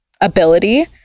ability